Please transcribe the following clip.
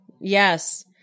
Yes